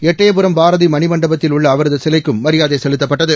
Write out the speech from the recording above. எட்டயபுரம் பாரதி மணிமண்டபத்தில் உள்ள அவரது சிலைக்கும் மரியாதை செலுத்தப்பட்டது